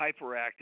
hyperactive